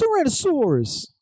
Tyrannosaurus